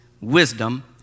wisdom